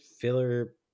filler